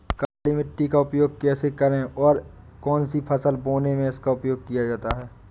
काली मिट्टी का उपयोग कैसे करें और कौन सी फसल बोने में इसका उपयोग किया जाता है?